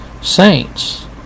saints